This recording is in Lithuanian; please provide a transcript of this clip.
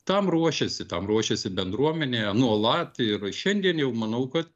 tam ruošiasi tam ruošiasi bendruomenė nuolat ir šiandien jau manau kad